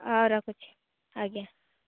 ହଁ ରଖୁଛି ଆଜ୍ଞା